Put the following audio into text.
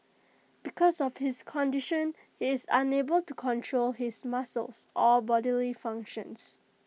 because of his condition he is unable to control his muscles or bodily functions